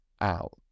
out